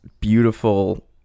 beautiful